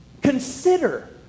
Consider